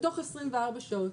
בתוך 24 שעות.